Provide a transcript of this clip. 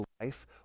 life